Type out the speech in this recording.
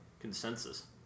Consensus